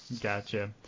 Gotcha